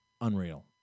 unreal